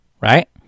right